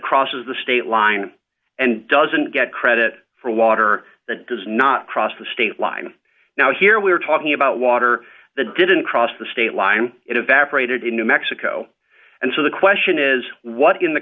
crosses the state line and doesn't get credit for water that does not cross the state line now here we are talking about water that didn't cross the state line it evaporated in new mexico and so the question is what in the